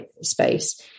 space